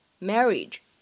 marriage